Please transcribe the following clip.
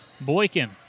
Boykin